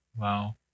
Wow